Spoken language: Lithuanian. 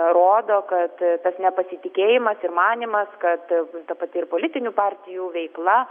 rodo kad tas nepasitikėjimas ir manymas kad ta pati ir politinių partijų veikla